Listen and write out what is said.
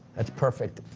that's perfect.